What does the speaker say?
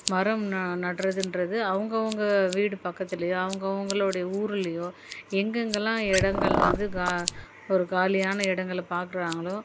மரம் நடறதுன்றது அவங்க அவங்க வீடு பக்கத்துலயோ அவங்க அவங்களோட ஊருலையோ எங்கள் எங்கள்லாம் இடங்கள் வந்து கா ஒரு காலியான இடங்கள பார்க்குறாங்களோ